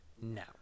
No